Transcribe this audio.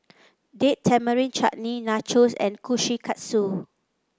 Date Tamarind Chutney Nachos and Kushikatsu